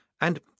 and